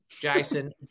Jason